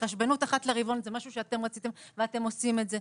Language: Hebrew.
ההתחשבנות אחת לרבעון זה משהו שאתם רציתם ואתם עושים את זה.